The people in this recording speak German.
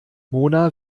mona